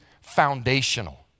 foundational